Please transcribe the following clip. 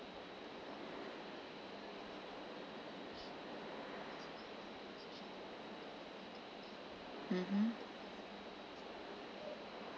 mmhmm